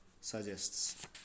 suggests